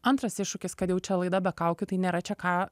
antras iššūkis kad jau čia laida be kaukių tai nėra čia ką